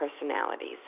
personalities